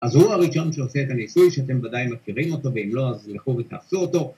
‫אז הוא הראשון שעושה את הניסוי, ‫שאתם ודאי מכירים אותו, ‫ואם לא, אז לכו ותעשו אותו.